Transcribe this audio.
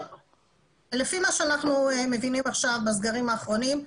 לפי מה שאנחנו מבינים עכשיו בסגרים האחרונים,